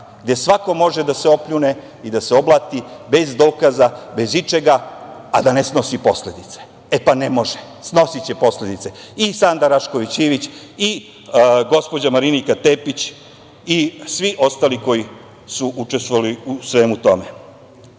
gde svako može da se opljune i da se oblati bez dokaza, bez ičega, a da ne snosi posledice. E, pa, ne može. Snosiće posledice i Sanda Rašković Ivić i gospođa Marinika Tepić i svi ostali koji su učestvovali u svemu